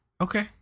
Okay